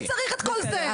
מי צריך את כל זה?